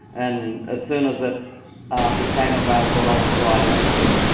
and as soon as it became available i was right onto it.